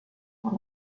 por